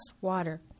water